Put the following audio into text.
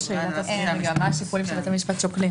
הנהלת בתי המשפט.